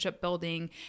building